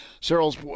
Cyril's